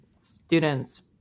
students